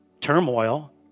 turmoil